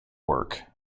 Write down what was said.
work